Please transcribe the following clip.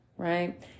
Right